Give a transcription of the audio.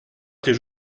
tes